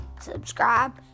subscribe